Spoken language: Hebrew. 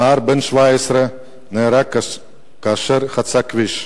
נער בן 17 נהרג כאשר חצה כביש,